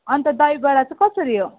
अनि त दही बडा चाहिँ कसरी हो